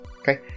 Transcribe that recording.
okay